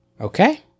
Okay